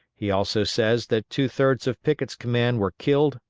he also says that two-thirds of pickett's command were killed,